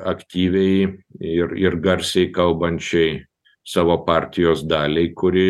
aktyviai ir ir garsiai kalbančiai savo partijos daliai kuri